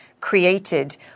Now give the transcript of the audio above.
created